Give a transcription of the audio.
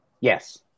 yes